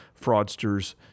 fraudsters